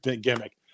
gimmick